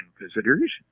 visitors